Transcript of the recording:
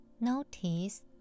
notice